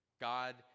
God